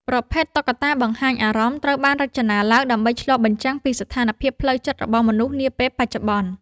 ប្រភេទ តុក្កតាបង្ហាញអារម្មណ៍ ត្រូវបានរចនាឡើងដើម្បីឆ្លុះបញ្ចាំងពីស្ថានភាពផ្លូវចិត្តរបស់មនុស្សនាពេលបច្ចុប្បន្ន។